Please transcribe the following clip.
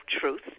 truth